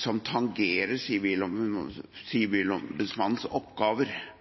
som tangerer Sivilombudsmannens oppgaver,